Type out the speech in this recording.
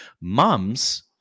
mums